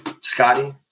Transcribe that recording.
Scotty